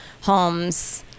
homes